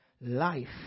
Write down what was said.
life